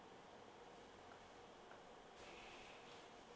uh